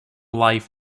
life